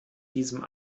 diesem